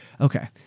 okay